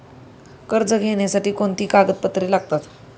कर्ज घेण्यासाठी कोणती कागदपत्रे लागतात?